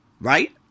Right